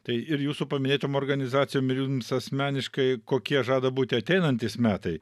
tai ir jūsų paminėtom organizacijom ir jums asmeniškai kokie žada būti ateinantys metai